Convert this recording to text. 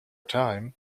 time